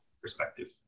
perspective